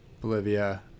Bolivia